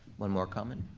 one more comment.